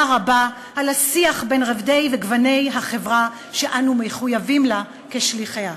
רבה על השיח בין רובדי וגוני החברה שאנו מחויבים לה כשליחיה.